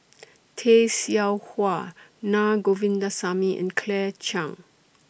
Tay Seow Huah Naa Govindasamy and Claire Chiang